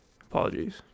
Apologies